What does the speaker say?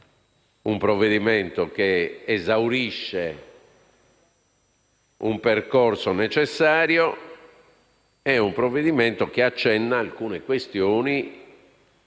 un provvedimento che esaurisce un percorso necessario; è un provvedimento che accenna ad alcune questioni